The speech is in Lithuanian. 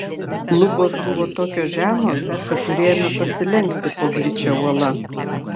lubos buvo tokios žemos kad turėjome pasilenkti po gličia uola